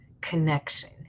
connection